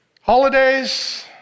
holidays